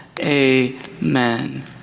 Amen